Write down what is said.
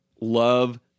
love